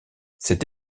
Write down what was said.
cette